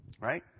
right